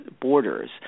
borders